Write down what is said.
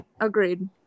Agreed